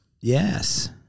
Yes